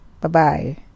Bye-bye